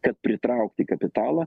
kad pritraukti kapitalą